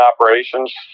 operations